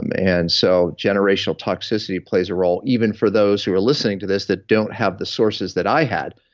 um and so generational toxicity plays a role. even for those who are listening to this that don't have the sources that i had,